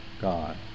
God